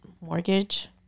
mortgage